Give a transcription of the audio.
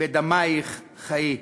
"בדמיִך חיי"